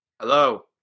Hello